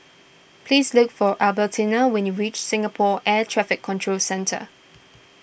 please look for Albertina when you reach Singapore Air Traffic Control Centre